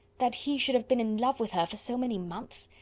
that he should have been in love with her for so many months!